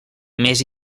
més